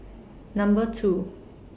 Number two